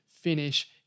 finish